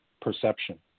perception